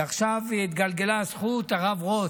ועכשיו התגלגלה הזכות, הרב רוט,